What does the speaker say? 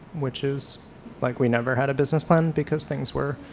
which is like we never had a business plan because things were,